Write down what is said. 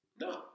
No